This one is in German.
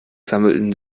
sammelten